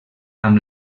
amb